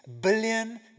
billion